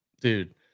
Dude